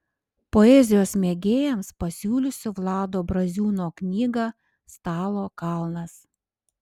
poezijos mėgėjams pasiūlysiu vlado braziūno knygą stalo kalnas